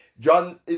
John